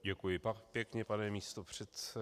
Děkuji pěkně, pane místopředsedo.